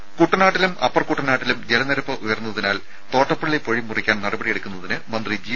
രുമ കുട്ടനാട്ടിലും അപ്പർ കുട്ടനാട്ടിലും ജലനിരപ്പ് ഉയർന്നതിനാൽ തോട്ടപ്പള്ളി പൊഴി മുറിക്കാൻ നടപടിയെടുക്കുന്നതിന് മന്ത്രി ജി